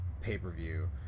pay-per-view